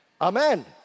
Amen